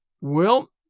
Well